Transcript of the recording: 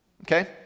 okay